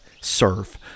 surf